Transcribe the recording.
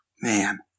Man